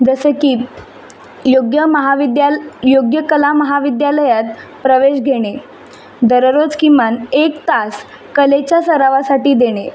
जसं की योग्य महाविद्याल् योग्य कला महाविद्यालयात प्रवेश घेणे दररोज किमान एक तास कलेच्या सरावासाठी देणे